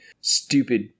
stupid